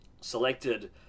selected